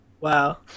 Wow